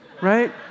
right